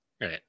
right